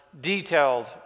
detailed